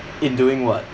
in doing what